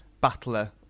battler